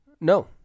No